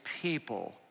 people